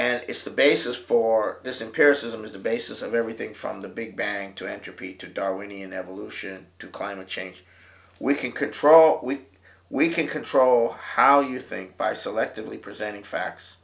and it's the basis for this in paris ism is the basis of everything from the big bang to entropy to darwinian evolution to climate change we can control we can control how you think by selectively presenting facts